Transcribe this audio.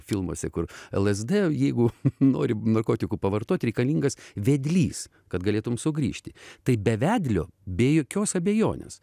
filmuose kur lazda jeigu norim narkotikų pavartot reikalingas vedlys kad galėtum sugrįžti tai be vedlio be jokios abejonės